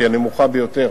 שהיא הנמוכה ביותר